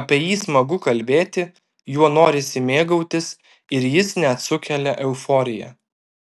apie jį smagu kalbėti juo norisi mėgautis ir jis net sukelia euforiją